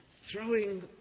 throwing